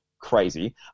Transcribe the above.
Crazy